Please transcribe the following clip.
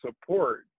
support